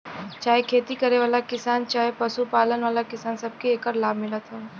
चाहे खेती करे वाला किसान चहे पशु पालन वाला किसान, सबके एकर लाभ मिलत हौ